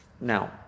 Now